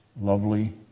lovely